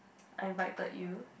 I invited you